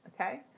okay